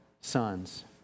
sons